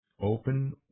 Open